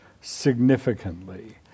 significantly